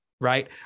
right